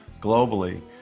globally